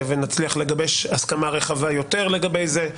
ונצליח לגבש הסכמה רחבה יותר לגבי זה,